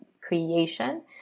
creation